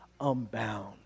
unbound